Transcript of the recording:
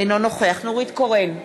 אינו נוכח נורית קורן,